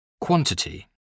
quantity